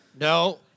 No